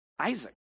Isaac